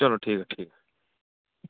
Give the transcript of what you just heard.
चलो ठीक ऐ ठीक ऐ